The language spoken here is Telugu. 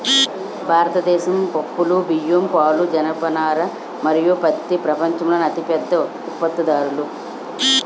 భారతదేశం పప్పులు, బియ్యం, పాలు, జనపనార మరియు పత్తి ప్రపంచంలోనే అతిపెద్ద ఉత్పత్తిదారులు